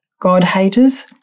God-haters